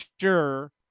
sure